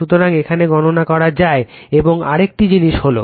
সুতরাং এইভাবে গণনা করা যায় এবং আরেকটি জিনিস হলো